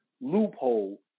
loophole